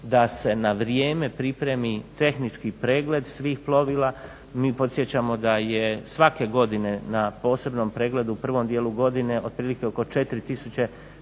da se na vrijeme pripremi tehnički pregled svih plovila. Mi podsjećamo da je svake godine na posebnom pregledu u prvom dijelu godine otprilike 4